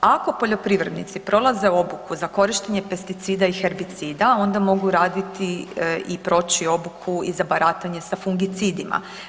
Ako poljoprivrednici prolaze obuku za korištenje pesticida i herbicida onda mogu raditi i proći obuku i za baratanje i sa fungicidima.